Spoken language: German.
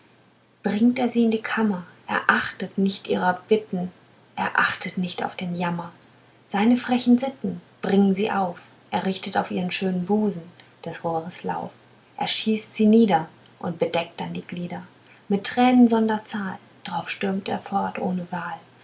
bringt er sie in die kammer er achtet nicht ihrer bitten er achtet nicht auf den jammer seine frechen sitten bringen sie auf er richtet auf ihren schönen busen des rohres lauf er schießt sie nieder und bedeckt dann die glieder mit tränen sonder zahl drauf stürmt er fort ohne wahl